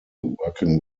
working